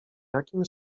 jakim